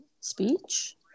speech